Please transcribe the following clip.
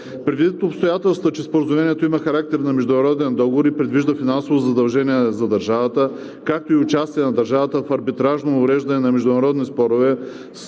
Предвид обстоятелството, че Споразумението има характер на международен договор и предвижда финансови задължения за държавата, както и участие на държавата в арбитражно уреждане на международни спорове,